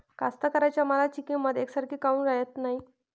कास्तकाराइच्या मालाची किंमत यकसारखी काऊन राहत नाई?